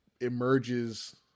emerges